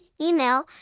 email